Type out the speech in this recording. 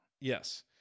Yes